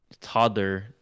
toddler